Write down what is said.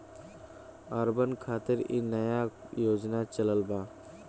urban खातिर इ नया योजना चलल बा